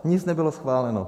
Nic nebylo schváleno.